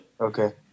Okay